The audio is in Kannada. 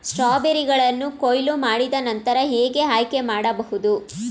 ಸ್ಟ್ರಾಬೆರಿಗಳನ್ನು ಕೊಯ್ಲು ಮಾಡಿದ ನಂತರ ಹೇಗೆ ಆಯ್ಕೆ ಮಾಡಬಹುದು?